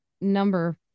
Number